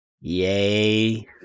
Yay